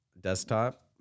desktop